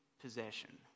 possession